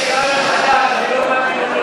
אני מבקש ספירה מחדש, אני לא מאמין לתוצאות.